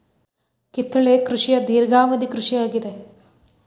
ಕಿತ್ತಳೆ ಕೃಷಿಯ ಧೇರ್ಘವದಿ ಕೃಷಿ ಆಗಿದೆ